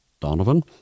Donovan